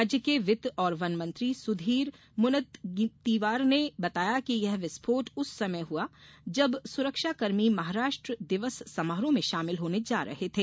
राज्य के वित्त और वन मंत्री सुधीर मुनगन्तीवार ने बताया कि ये विस्फोट उस समय हआ जब सुरक्षाकर्मी महाराष्ट्र दिवस समारोह में शामिल होने जा रहे थे